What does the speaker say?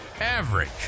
average